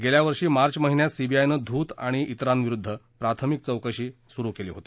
गेल्या वर्षी मार्च महिन्यात सीबीआयनं ध्रत आणि तिरांविरुद्ध प्राथमिक चौकशी केली होती